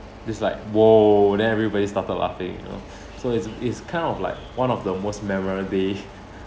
this like !whoa! then everybody started laughing you know so it's it's kind of like one of the most memorable day